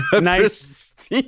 nice